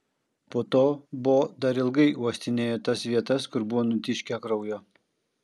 po to bo dar ilgai uostinėjo tas vietas kur buvo nutiškę kraujo